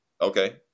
Okay